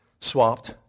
swapped